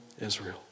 Israel